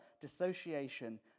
dissociation